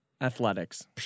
athletics